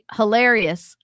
hilarious